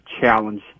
challenge